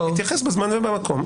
נתייחס בזמן ובמקום.